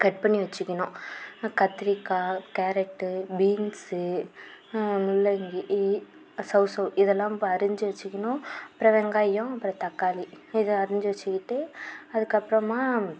cut பண்ணி வச்சுக்கணும் கத்திரிக்காய் கேரட்டு பீன்சு முள்ளங்கி சவ்சவ் இதலாம் அரிஞ்சு வச்சுக்கணும் அப்புறம் வெங்காயம் அப்புறம் தக்காளி இதை அரிஞ்சு வச்சுக்கிட்டு அதுக்கப்புறமா